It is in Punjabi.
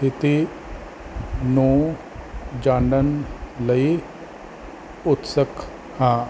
ਸਥਿਤੀ ਨੂੰ ਜਾਣਨ ਲਈ ਉਤਸਕ ਹਾਂ